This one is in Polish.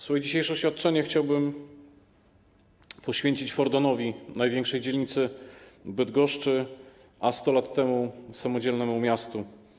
Swoje dzisiejsze oświadczenie chciałbym poświęcić Fordonowi, największej dzielnicy Bydgoszczy, a 100 lat temu samodzielnemu miastu.